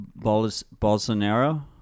Bolsonaro